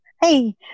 Hey